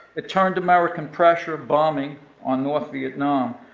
it turned american pressure bombing on north vietnam,